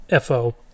FO